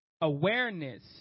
awareness